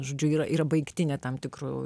žodžiu yra yra baigtinė tam tikru